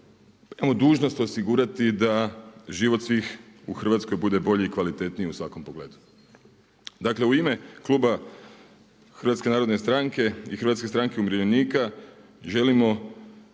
dužnost osigurati da život svih u Hrvatskoj bude bolji i kvalitetniji u svakom pogledu. Dakle, u ime kluba HNS-a i HSU-a želimo